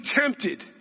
tempted